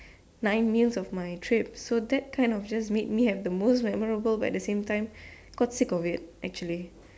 nine meals of my trip so that kind of just make me have the most memorable but at the same time got sick of it actually